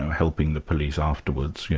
helping the police afterwards, yeah